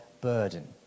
burden